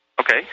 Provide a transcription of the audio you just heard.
Okay